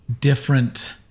different